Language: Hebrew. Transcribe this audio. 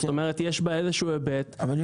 זאת אומרת יש בה איזשהו היבט --- אבל אני